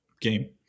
game